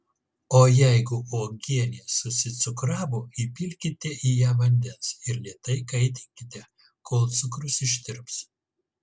o jeigu uogienė susicukravo įpilkite į ją vandens ir lėtai kaitinkite kol cukrus ištirps